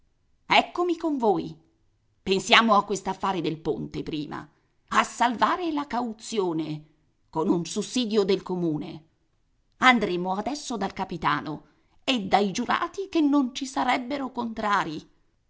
eccomi con voi pensiamo a quest'affare del ponte prima a salvare la cauzione con un sussidio del comune andremo adesso dal capitano e dai giurati che non ci sarebbero contrari